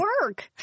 work